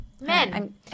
Men